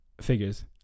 figures